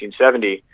1970